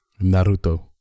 Naruto